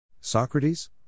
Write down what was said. Socrates